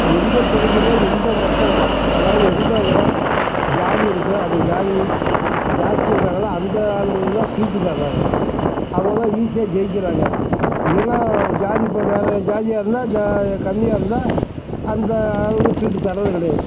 எந்த தொகுதியில் எந்த மக்கள் அதாவது எந்த இனம் ஜாதி இருக்கோ அந்த ஜாதி ஜாஸ்தி இருக்காங்களோ அந்த ஆளுங்களுக்கு தான் சீட்டு தர்றாங்க அவங்க தான் ஈஸியாக ஜெயிக்கிறாங்க ஏன்னால் ஜாதி இப்போ வேறு ஜாதியாக இருந்தால் ஜா கம்மியாக இருந்தால் அந்த ஆளுக்கு சீட்டு தர்றது கிடையாது